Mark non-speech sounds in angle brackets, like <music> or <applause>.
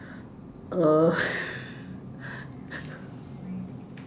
err <laughs>